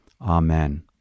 Amen